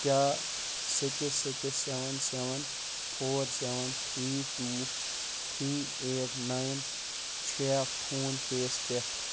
کیٛاہ six six seven seven four seven three two three eight nine چھےٚ PhonePe یَس پٮ۪ٹھ